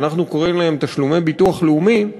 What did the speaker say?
שאנחנו קוראים להן תשלומי ביטוח לאומי,